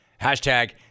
Hashtag